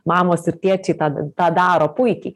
mamos ir tėčiai tad tą daro puikiai